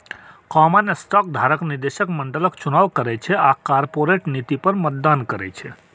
common stock धारक निदेशक मंडलक चुनाव करै छै आ कॉरपोरेट नीति पर मतदान करै छै